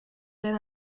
then